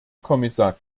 kommissar